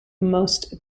most